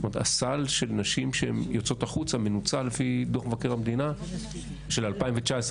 הסל של נשים שהן יוצאות החוצה מנוצל לפי דוח מבקר המדינה של 2019,